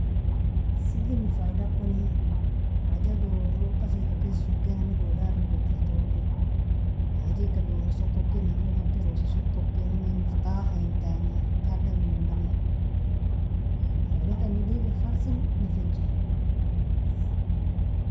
Silimin faidakoni, haja dorow okfika ken sokinami dolabin, kojiltoni hajika dorow sokokinafirgkan soko okinamin mortahaitani, tabdangmonami yani faida tani diged khalsel nafije.